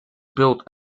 built